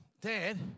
Dad